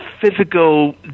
physical